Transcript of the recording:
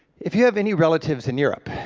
if you have any relatives in europe,